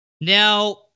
Now